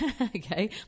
Okay